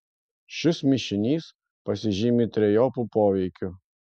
šis mišinys pasižymi trejopu poveikiu